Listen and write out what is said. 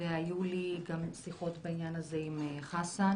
והיו לי שיחות בעניין הזה עם חסאן